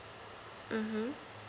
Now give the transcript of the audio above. mmhmm